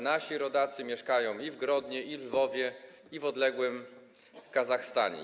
Nasi rodacy mieszkają i w Grodnie, i we Lwowie, i w odległym Kazachstanie.